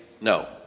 no